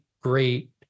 great